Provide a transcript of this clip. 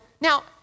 now